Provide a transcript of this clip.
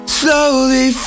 slowly